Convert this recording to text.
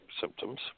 symptoms